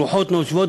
רוחות נושבות,